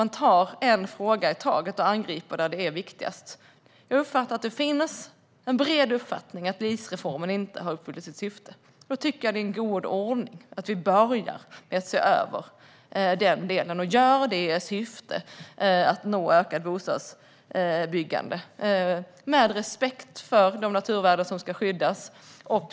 Man tar en fråga i taget och angriper där det är viktigast. Jag uppfattar att det finns en bred uppfattning att LIS-reformen inte har uppfyllt sitt syfte. Jag tycker att det är en god ordning att vi börjar med att se över den delen och gör det i syfte att nå ökat bostadsbyggande och god landsbygdsutveckling - med respekt för de naturvärden som ska skyddas.